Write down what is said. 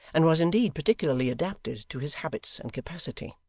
and was indeed particularly adapted to his habits and capacity.